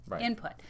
input